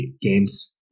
games